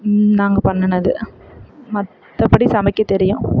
நாங்கள் பண்ணுணது மற்றப்படி சமைக்க தெரியும்